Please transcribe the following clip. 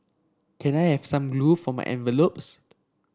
can I have some glue for my envelopes